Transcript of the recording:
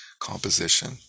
composition